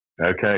Okay